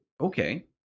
okay